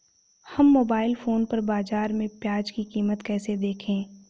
हम mobile phone पर बाज़ार में प्याज़ की कीमत कैसे देखें?